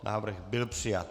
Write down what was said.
Návrh byl přijat.